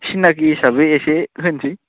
सिनाखि हिसाबै एसे होनोसै